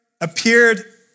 appeared